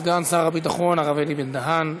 סגן שר הביטחון הרב אלי בן-דהן.